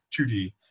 2D